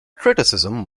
criticism